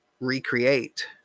recreate